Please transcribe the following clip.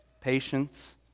patience